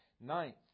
Ninth